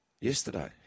yesterday